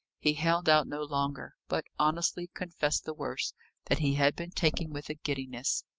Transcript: he held out no longer, but honestly confessed the worst that he had been taken with a giddiness.